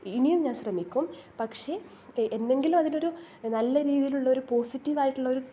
ഇനിയും ഞാൻ ശ്രമിക്കും പക്ഷേ എന്നെങ്കിലും അതിനൊരു നല്ല രീതിയിലുള്ള ഒരു പോസിറ്റീവായിട്ടുള്ള ഒരു